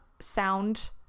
sound